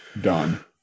Done